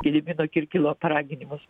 gedimino kirkilo paraginimus